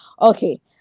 Okay